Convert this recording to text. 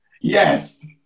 yes